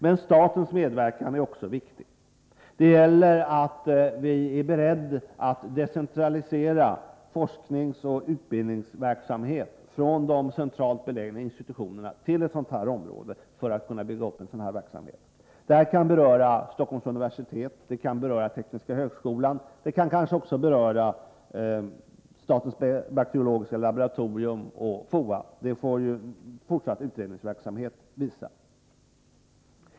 Men statens medverkan är också viktig. Det gäller för oss att vara beredda att decentralisera forskningsoch utvecklingsverksamhet från de centralt belägna institutionerna till detta område för att kunna bygga upp ett sådant här centrum. Det kan beröra Stockholms universitet och Tekniska högskolan. Det kanske också kan beröra statens bakteriologiska laboratorium och FOA -— det får fortsatt utredningsverksamhet visa.